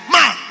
Man